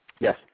Yes